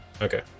Okay